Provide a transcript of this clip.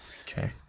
Okay